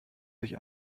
sich